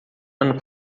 ano